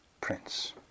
Prince